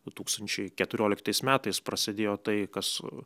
du tūkstančiai keturioliktais metais prasidėjo tai kas